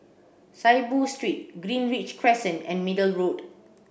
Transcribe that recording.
Saiboo Street Greenridge Crescent and Middle Road